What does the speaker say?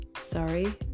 sorry